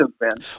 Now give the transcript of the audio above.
man